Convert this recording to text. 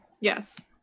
Yes